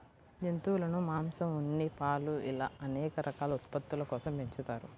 జంతువులను మాంసం, ఉన్ని, పాలు ఇలా అనేక రకాల ఉత్పత్తుల కోసం పెంచుతారు